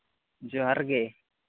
ᱡᱚᱸᱦᱟᱨ ᱜᱮ